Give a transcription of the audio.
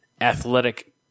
athletic